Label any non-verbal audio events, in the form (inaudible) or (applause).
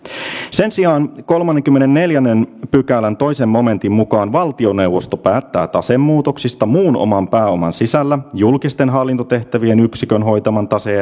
sen sijaan kolmannenkymmenennenneljännen pykälän toisen momentin mukaan valtioneuvosto päättää tasemuutoksista muun oman pääoman sisällä julkisten hallintotehtävien yksikön hoitaman tase (unintelligible)